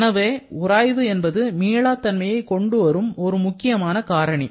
எனவே உராய்வு என்பது மீளாத் தன்மையை கொண்டுவரும் ஒரு முக்கியமான காரணி